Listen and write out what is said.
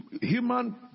human